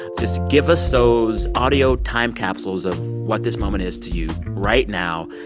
just give us those audio time capsules of what this moment is to you right now.